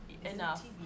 Enough